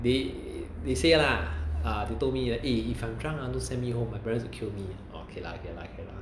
they they say lah uh they told me they eh if they drunk right don't send me home my parents to kill me okay lah okay lah okay lah